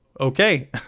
okay